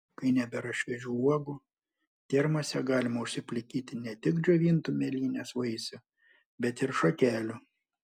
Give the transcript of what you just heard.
kai nebėra šviežių uogų termose galima užsiplikyti ne tik džiovintų mėlynės vaisių bet ir šakelių